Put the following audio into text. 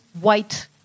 white